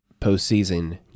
postseason